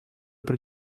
при